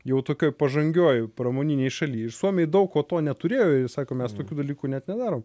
jau tokioj pažangioj pramoninėj šaly ir suomiai daug ko to neturėjo ir sako mes tokių dalykų net nedarom